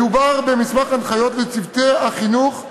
מדובר במסמך הנחיות לצוותי החינוך,